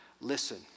listen